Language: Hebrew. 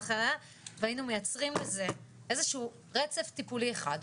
והיינו מייצרים בזה איזה שהוא רצף טיפולי אחד,